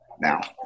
now